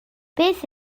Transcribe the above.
beth